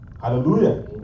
Hallelujah